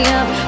up